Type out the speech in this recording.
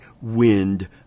wind